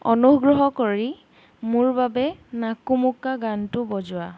অনুগ্ৰহ কৰি মোৰ বাবে নাকুমুক্কা গানটো বজোৱা